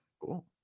Cool